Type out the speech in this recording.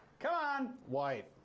on. white.